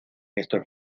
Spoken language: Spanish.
estos